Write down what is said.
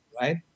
right